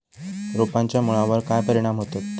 रोपांच्या मुळावर काय परिणाम होतत?